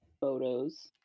photos